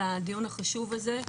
על הדיון החשוב הזה.